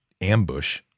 ambush